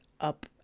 up